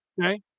Okay